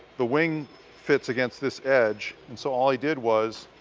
the wing fits against this edge, and so all i did was,